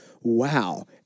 wow